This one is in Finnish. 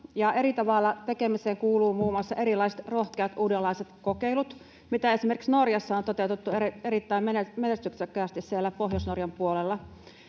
eri tavalla tekemiseen kuuluvat muun muassa erilaiset rohkeat uudenlaiset kokeilut, joita esimerkiksi Norjassa on toteutettu erittäin menestyksekkäästi siellä Pohjois-Norjan puolella.